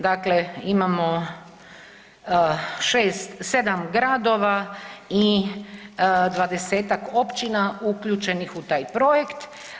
Dakle, imamo 6, 7 gradova i 20-tak općina uključenih u taj projekt.